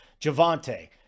Javante